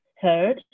heard